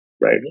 right